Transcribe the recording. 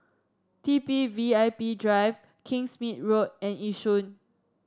T B V I P Drive Kingsmead Road and Yishun